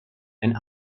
and